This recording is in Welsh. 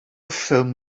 ffilm